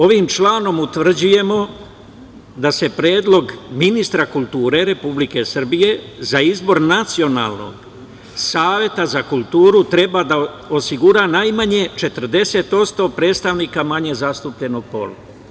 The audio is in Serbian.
Ovim članom utvrđujemo da predlog ministra kulture Republike Srbije za izbor Nacionalnog saveta za kulturu treba da osigura najmanje 40% predstavnika manje zastupljenog pola.